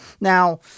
Now